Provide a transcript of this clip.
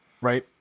right